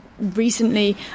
recently